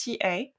TA